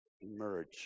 emerge